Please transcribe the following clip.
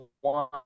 one